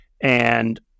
And-